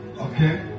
Okay